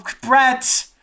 Brett